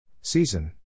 Season